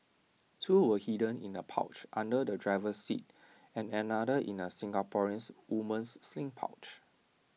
two were hidden in A pouch under the driver's seat and another in A Singaporean woman's sling pouch